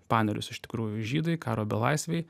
panerius iš tikrųjų žydai karo belaisviai